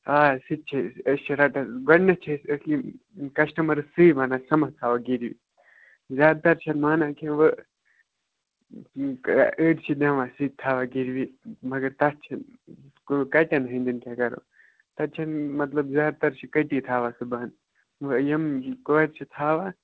آ سُہ تہِ چھِ أسۍ أسۍ چھِ رَٹان گۄڈٕنٮ۪تھ چھِ أسۍ أسۍ یِم کَسٹٕمَرَس سُے وَنان ژٕ مَتھ تھاوان گِروِی زیادٕ تَر چھِنہٕ مانان کیٚنٛہہ وۅنۍ أڑۍ أڑۍ چھِ دِوان سُہ تہِ تھاوان گِروی مگر تَتھ چھِ کَٹٮ۪ن ہٕنٛدٮ۪ن کیٛاہ کَرو تَتہِ چھَنہٕ مطلب زیادٕ تَر چھِ کٹی تھاوان سُہ بَند یِم کورِ چھِ تھاوان